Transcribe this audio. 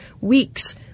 weeks